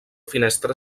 finestra